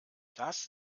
das